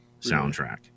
soundtrack